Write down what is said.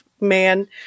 man